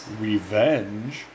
Revenge